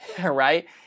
right